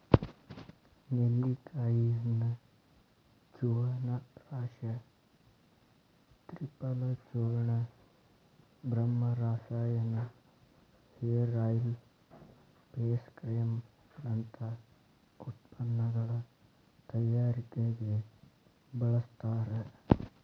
ನೆಲ್ಲಿಕಾಯಿಯನ್ನ ಚ್ಯವನಪ್ರಾಶ ತ್ರಿಫಲಚೂರ್ಣ, ಬ್ರಹ್ಮರಸಾಯನ, hair oil, face cream ನಂತ ಉತ್ಪನ್ನಗಳ ತಯಾರಿಕೆಗೆ ಬಳಸ್ತಾರ